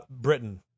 Britain